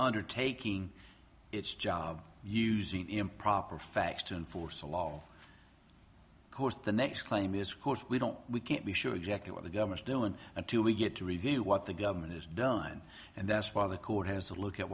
undertaking its job using improper facts to enforce a law course the next claim is course we don't we can't be sure exactly what the government's doing until we get to review what the government has done and that's why the court has a look at